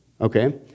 Okay